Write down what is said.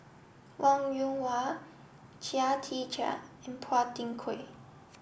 Wong Yoon Wah Chia Tee Chiak and Phua Thin Kiay